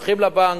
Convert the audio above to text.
הולכים לבנק,